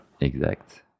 Exact